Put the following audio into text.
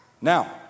Now